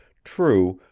true,